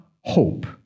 hope